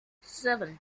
seven